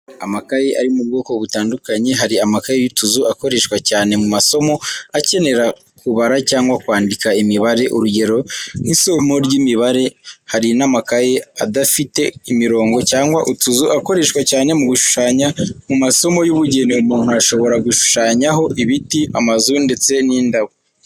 Amakayi ari mu bwoko butandukanye, hari amakayi y'utuzu akoreshwa cyane mu masomo akenera kubara cyangwa kwandika imibare, urugero nk'isomo ry'imibare. Hari n'amakayi adafite imirongo cyangwa utuzu, akoreshwa cyane mu gushushanya, mu masomo y'ubugeni. Umuntu ashobora gushushanyaho ibiti, amazu ndetse n'indabo.